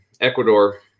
Ecuador